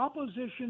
opposition